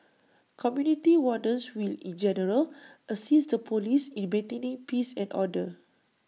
community wardens will in general assist the Police in maintaining peace and order